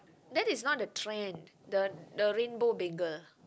that is not a trend the the rainbow bagel